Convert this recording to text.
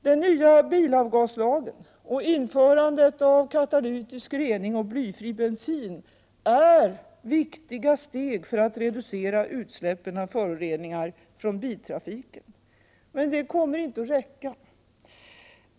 Den nya bilavgaslagen och införandet av katalytisk rening och blyfri bensin är viktiga steg för att reducera utsläppen av föroreningar från biltrafiken. Men det kommer inte att räcka.